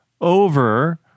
over